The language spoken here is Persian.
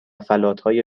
فلاتهای